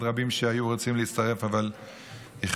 רבים שהיו רוצים להצטרף אבל איחרו,